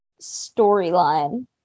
storyline